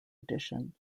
edition